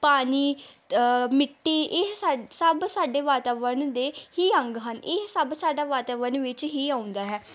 ਪਾਣੀ ਮਿੱਟੀ ਇਹ ਸਾ ਸਭ ਸਾਡੇ ਵਾਤਾਵਰਨ ਦੇ ਹੀ ਅੰਗ ਹਨ ਇਹ ਸਭ ਸਾਡਾ ਵਾਤਾਵਰਨ ਵਿੱਚ ਹੀ ਆਉਂਦਾ ਹੈ